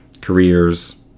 Careers